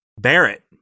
Barrett